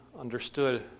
understood